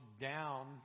down